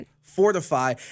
fortify